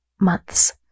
months